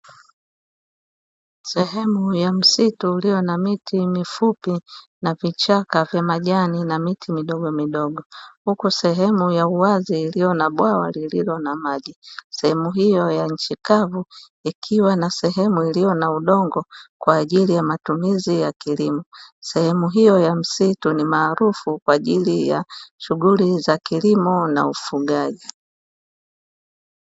Sehemu ya msitu iliyo na miti mifupi na vichaka vya majani na miti midogo midogo, huku sehemu ya uwazi iliyo na bwawa lililo na maji sehemu hiyo ya nchi kavu ikiwa na sehemu iliyo na udongo kwajili ya matumizi ya kilimo, sehemu hiyo ya msitu ni maarufu kwajili ya shughuli za kilimo na ufugaji.